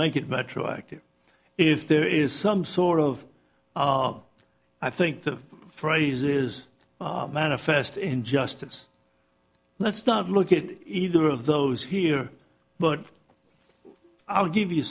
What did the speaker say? make it my true active if there is some sort of i think the phrase is manifest in justice let's not look it either of those here but i'll give you